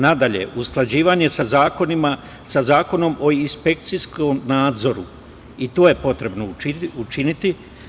Dalje, usklađivanje sa Zakonom o inspekcijskom nadzoru, i to je potrebno učiniti.